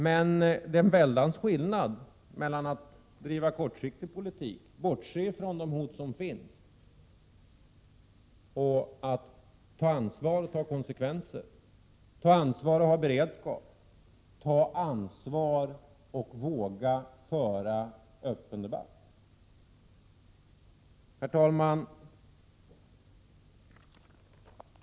Men det är en väldig skillnad mellan att driva kortsiktig politik, bortse från de hot som finns, och att ta ansvar och dra konsekvenser — ta ansvar och ha beredskap, ta ansvar och våga föra öppen debatt. Herr talman!